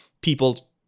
people